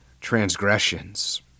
transgressions